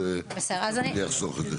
אז זה יחסוך את זה.